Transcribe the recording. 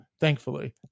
Thankfully